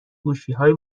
گوشیهای